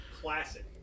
Classic